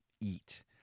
eat